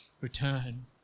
return